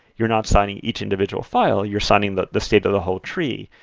you're not signing each individual file, you're signing the the state of the whole tree.